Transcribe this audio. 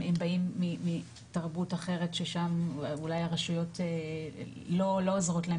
הם באים מתרבות אחרת ששם אולי הרשויות לא עוזרות להם